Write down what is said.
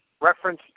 Reference